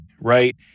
right